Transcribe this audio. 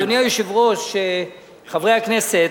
אדוני היושב-ראש, חברי הכנסת,